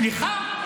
סליחה?